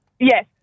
yes